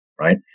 right